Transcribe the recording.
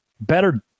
better